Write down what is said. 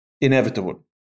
inevitable